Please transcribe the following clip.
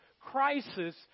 crisis